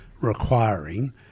requiring